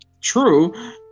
True